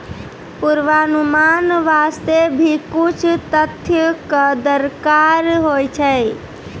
पुर्वानुमान वास्ते भी कुछ तथ्य कॅ दरकार होय छै